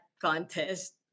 contest